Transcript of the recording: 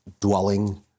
dwelling